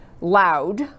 loud